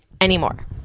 anymore